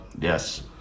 Yes